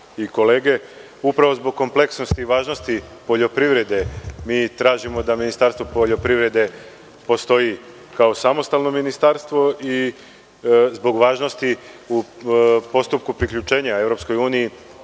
i kolege, upravo zbog kompleksnosti i važnosti poljoprivrede, mi tražimo da Ministarstvo poljoprivrede postoji kao samostalno ministarstvo i zbog važnosti u postupku priključenja EU, s obzirom